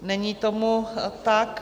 Není tomu tak.